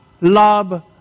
love